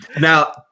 Now